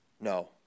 No